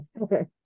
Okay